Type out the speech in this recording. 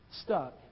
stuck